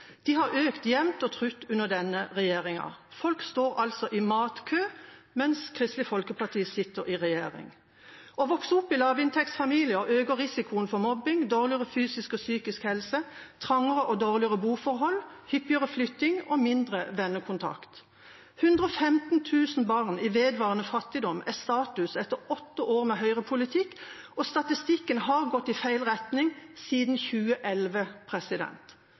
De har økt jevnt og trutt under denne regjeringa. Folk står altså i matkø mens Kristelig Folkeparti sitter i regjering. Å vokse opp i lavinntektsfamilier øker risikoen for mobbing, dårligere fysisk og psykisk helse, trangere og dårligere boforhold, hyppigere flytting og mindre vennekontakt. 115 000 barn i vedvarende fattigdom er status etter åtte år med høyrepolitikk. Statistikken har gått i feil retning siden 2011.